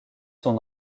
son